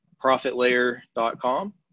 profitlayer.com